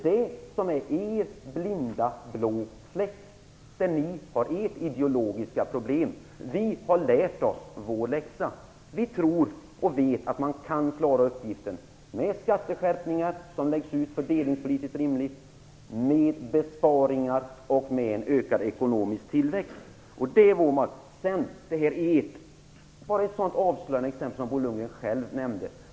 Detta är er blinda blå fläck. Där har ni ert ideologiska problem. Vi har lärt oss vår läxa. Vi tror och vet att man kan klara uppgiften med fördelningspolitiskt rimliga skatteskärpningar, med besparingar och med en ökad ekonomisk tillväxt. Jag kan bara ta upp ett avslöjande exempel som Bo Lundgren själv nämnde.